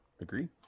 agree